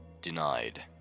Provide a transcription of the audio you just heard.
denied